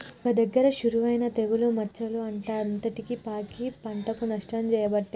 ఒక్క దగ్గర షురువు అయినా తెగులు మచ్చలు పంట అంతటికి పాకి పంటకు నష్టం చేయబట్టే